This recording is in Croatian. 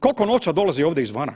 Koliko novca dolazi ovdje izvana?